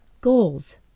goals